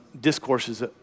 discourses